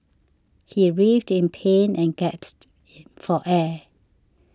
he writhed in pain and gasped for air